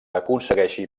aconsegueixi